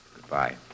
Goodbye